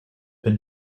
been